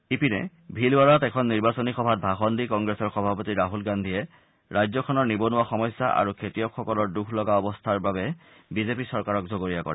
ইপিনে ভিলৱাৰাত এখন নিৰ্বাচনী সভাত ভাষণ দি কংগ্ৰেছৰ সভাপতি ৰাছল গান্ধীয়ে ৰাজ্যখনৰ নিবনুৱা সমস্যা আৰু খেতিয়কসকলৰ দুখ লগা অৱস্থাৰ বাবে বিজেপি চৰকাৰ জগৰীয়া কৰে